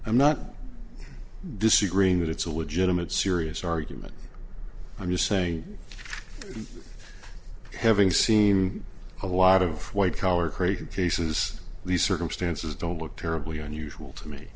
i'm not disagreeing that it's a legitimate serious argument i'm just saying having seem a lot of white collar crazy cases these circumstances don't look terribly unusual to me